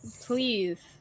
Please